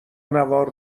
نوار